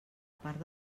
part